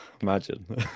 Imagine